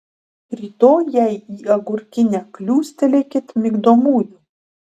rytoj jai į agurkinę kliūstelėkit migdomųjų